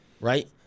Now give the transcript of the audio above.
right